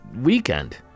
weekend